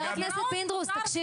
חבר הכנסת פינדרוס, די.